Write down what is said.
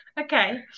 Okay